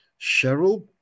Cheryl